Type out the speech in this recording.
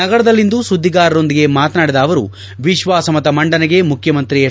ನಗರದಲ್ಲಿಂದು ಸುದ್ದಿಗಾರರೊಂದಿಗೆ ಮಾತನಾಡಿದ ಅವರು ವಿಶ್ವಾಸಮತ ಮಂಡನೆಗೆ ಮುಖ್ಯಮಂತ್ರಿ ಎಚ್